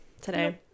today